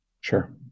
Sure